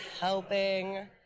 helping